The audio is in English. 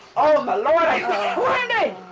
oh, my lord. i i